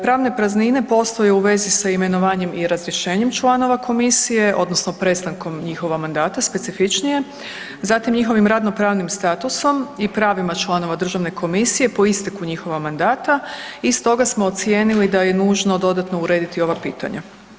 Pravne praznine postoje u vezi sa imenovanjem i razrješenjem članova komisije odnosno prestankom njihova mandata specifičnije, zatim njihovim radno-pravnim statusom i pravima članova državne komisije po isteknu njihova mandata i stoga smo ocijenili da je nužno dodatno urediti ova pitanja.